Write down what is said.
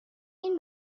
این